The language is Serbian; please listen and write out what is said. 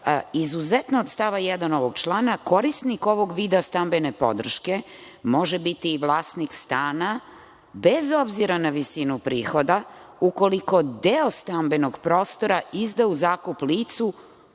izuzetno od stava 1. ovog člana, korisnik ovog vida stambene podrške, može biti i vlasnik stana, bez obzira na visinu prihoda, ukoliko deo stambenog prostora izda u zakup licu